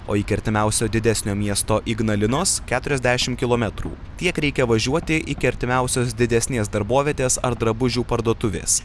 o iki artimiausio didesnio miesto ignalinos keturiasdešim kilometrų tiek reikia važiuoti iki artimiausios didesnės darbovietės ar drabužių parduotuvės